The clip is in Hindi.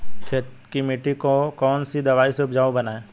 खेत की मिटी को कौन सी दवाई से उपजाऊ बनायें?